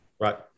Right